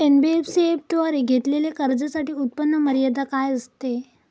NBFC द्वारे घेतलेल्या कर्जासाठी उत्पन्न मर्यादा काय असते?